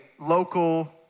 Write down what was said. local